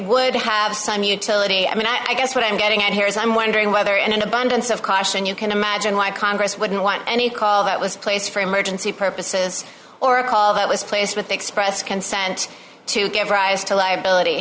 would have some utility i mean i guess what i'm getting at here is i'm wondering whether an abundance of caution you can imagine why congress wouldn't want any call that was placed for emergency purposes or a call that was placed with the express consent to give rise to liability